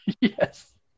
Yes